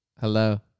Hello